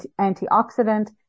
antioxidant